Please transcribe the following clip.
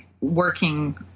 working